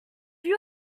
you